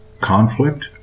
conflict